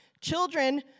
Children